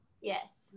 Yes